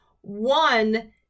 One